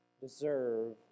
deserve